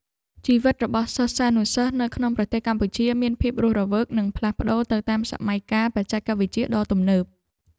ជីវិតរបស់សិស្សានុសិស្សនៅក្នុងប្រទេសកម្ពុជាមានភាពរស់រវើកនិងផ្លាស់ប្តូរទៅតាមសម័យកាលបច្ចេកវិទ្យាដ៏ទំនើប។